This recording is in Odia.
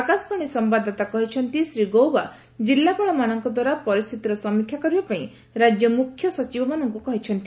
ଆକାଶବାଣୀ ସମ୍ଭାଦଦାତା କହିଛନ୍ତି ଶ୍ରୀ ଗୌବା ଜିଲ୍ଲାପାଳମାନଙ୍କ ଦ୍ୱାରା ପରିସ୍ଥିତିର ସମୀକ୍ଷା କରିବା ପାଇଁ ରାଜ୍ୟ ମୁଖ୍ୟ ସଚିବମାନଙ୍କୁ କହିଛନ୍ତି